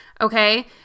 Okay